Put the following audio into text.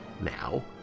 now